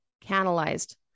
canalized